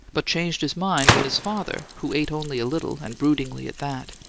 but changed his mind when his father, who ate only a little, and broodingly at that,